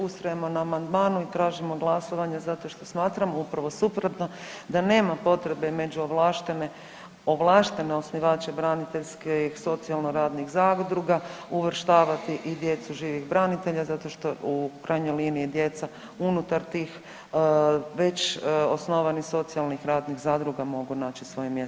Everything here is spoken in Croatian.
Ustrajemo na amandmanu i tražimo glasovanje zato što smatramo upravo suprotno da nema potrebe među ovlaštene, ovlaštene osnivače braniteljske i socijalno radnih zadruga uvrštavati i djecu živih branitelja zato što u krajnjoj liniji djeca unutar tih već osnovanih socijalnih radnih zadruga mogu naći svoje mjesto.